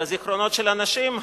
בזיכרונות של אנשים,